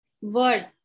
Word